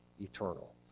eternal